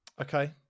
Okay